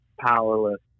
powerless